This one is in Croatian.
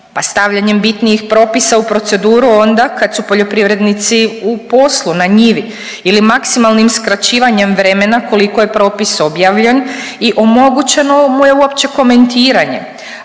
Pa stavljanjem bitnijih propisa u proceduru onda kad su poljoprivrednici u poslu, na njivi ili maksimalnim skraćivanjem vremena koliko je propis objavljen i omogućeno mu je uopće komentiranje,